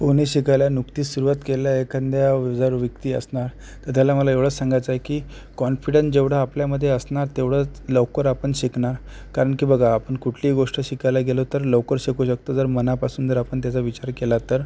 पोहणे शिकायला नुकतीच सुरुवात केलं आहे कंद्या जर व्यक्ती असणार तर त्याला मला एवढंच सांगायचं आहे की कॉन्फिडन्स जेवढा आपल्यामध्ये असणार तेवढं लवकर आपण शिकणार कारण की बघा आपण कुठलीही गोष्ट शिकायला गेलो तर लवकर शिकू शकतो जर मनापासून जर आपण त्याचा विचार केला तर